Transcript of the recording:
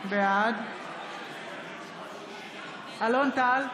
בעד אלון טל,